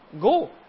go